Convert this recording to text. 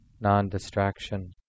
non-distraction